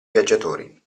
viaggiatori